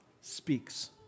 speaks